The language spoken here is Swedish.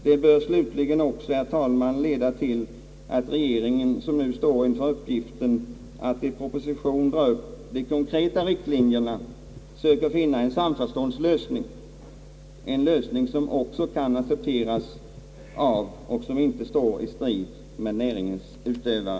Det bör slutligen, herr talman, leda till att regeringen, som nu står inför uppgiften att i proposition dra upp de konkreta riktlinjerna, söker finna en samförståndslösning, en lösning som också kan accepteras av och som inte står i strid med näringens utövare.